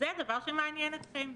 זה דבר שמעניין אתכם.